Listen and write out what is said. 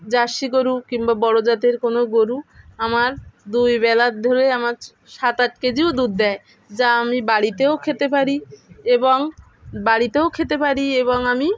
jersey গরু কিংবা বড়ো জাতের কোনো গরু আমার দুই বেলার ধরে আমার সাত আট কেজিও দুধ দেয় যা আমি বাড়িতেও খেতে পারি এবং বাড়িতেও খেতে পারি এবং আমি